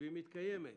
והיא מתקיימת.